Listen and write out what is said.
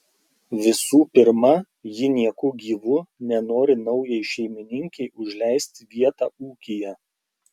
visų pirma ji nieku gyvu nenori naujai šeimininkei užleisti vietą ūkyje